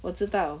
我知道